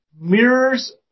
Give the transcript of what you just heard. mirrors